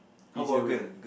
easier way